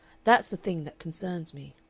that's the thing that concerns me.